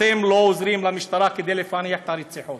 אתם לא עוזרים למשטרה לפענח את הרציחות.